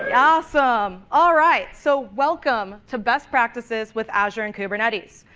awesome! all right! so welcome to best practices with azure and kubernetes.